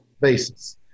basis